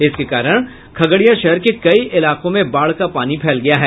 इसके कारण खगड़िया शहर के कई इलाकों में बाढ़ का पानी फैल गया है